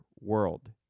world